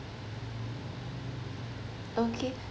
okay